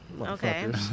Okay